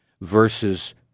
versus